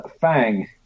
Fang